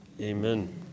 Amen